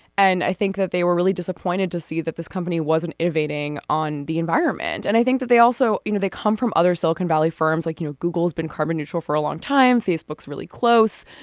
and i think that they were really disappointed to see that this company wasn't innovating on the environment. and i think that they also you know they come from other silicon valley firms like you know google has been carbon neutral for a long time. facebook is really close.